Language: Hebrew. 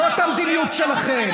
ניצן, זאת המדיניות שלכם.